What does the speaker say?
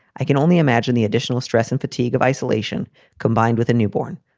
i can only imagine the additional stress and fatigue of isolation combined with a newborn.